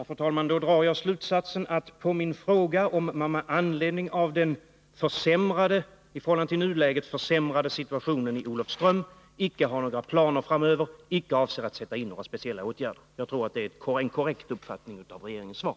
Fru talman! Då drar jag den slutsatsen av svaret på min fråga, att man med anledning av den i förhållande till nuläget försämrade situationen i Olofström icke har några planer framöver, icke avser att sätta in några speciella åtgärder. Jag tror att det är en korrekt tolkning av regeringens svar.